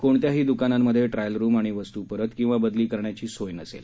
कोणत्याही द्कानांमध्ये trial room आणि वस्तु परत किवा बदली करण्याची सोय नसेल